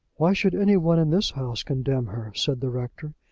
why should any one in this house condemn her, said the rector,